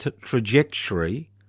trajectory